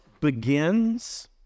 begins